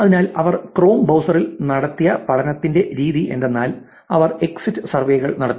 അതിനാൽ അവർ ക്രോം ബ്രൌസറിൽ നടത്തിയ പഠനത്തിന്റെ രീതി എന്തെന്നാൽ അവർ എക്സിറ്റ് സർവേകൾ നടത്തി